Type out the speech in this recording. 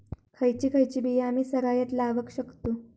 खयची खयची बिया आम्ही सरायत लावक शकतु?